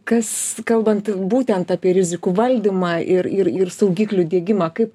kas kalbant būtent apie rizikų valdymą ir ir ir saugiklių diegimą kaip